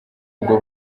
ubwo